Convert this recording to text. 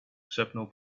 szepnął